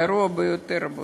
גרוע ביותר, רבותי.